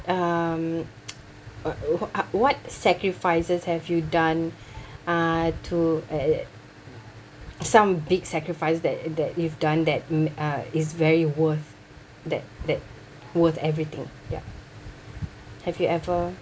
um w~ w~ what sacrifices have you done uh to uh uh some big sacrifices that that you've done that mm uh is very worth that that worth everything ya have you ever